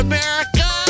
America